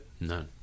None